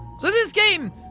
so this game,